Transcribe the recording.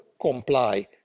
comply